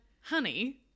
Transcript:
honey